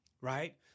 right